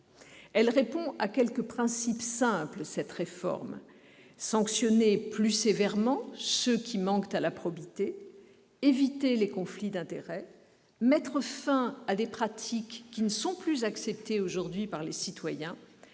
Elle répond à quelques principes simples : sanctionner plus sévèrement ceux qui manquent à la probité et éviter les conflits d'intérêts ; mettre fin à des pratiques qui ne sont plus acceptées par les citoyens